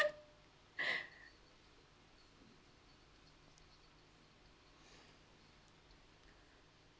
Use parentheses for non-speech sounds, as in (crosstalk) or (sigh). (breath)